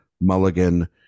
Mulligan